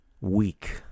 weak